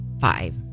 five